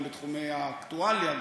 גם בתחומי האקטואליה,